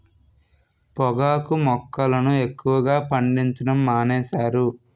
పొగాకు మొక్కలను ఎక్కువగా పండించడం మానేశారు